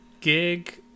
Gig